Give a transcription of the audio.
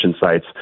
sites